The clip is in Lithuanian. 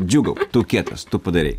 džiūgauk tu kietas tu padarei